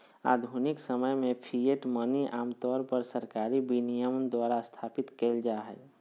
आधुनिक समय में फिएट मनी आमतौर पर सरकारी विनियमन द्वारा स्थापित कइल जा हइ